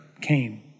came